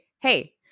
hey